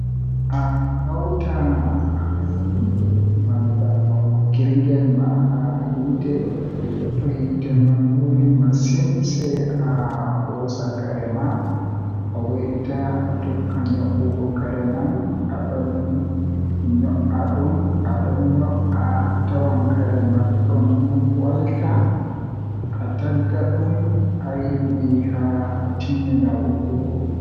Ahawta ayon malla woggirgel ma haa hiite to hiite man wuli masin sei a hhosa kare ma aweita atokka nyo'ugo kare man adon nyobba dum ado nyo'a atawan kare man don walta atagga dum no ayidi haa atimmina woggago.